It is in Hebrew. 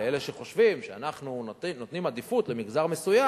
לאלה שחושבים שאנחנו נותנים עדיפות למגזר מסוים,